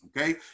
okay